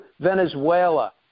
Venezuela